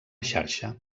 xarxa